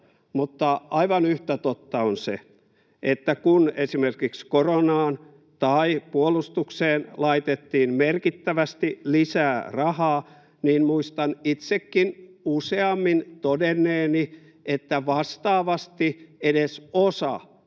mutta aivan yhtä totta on se, että kun esimerkiksi koronaan tai puolustukseen laitettiin merkittävästi lisää rahaa, niin muistan itsekin useamminkin todenneeni, että vastaavasti edes osa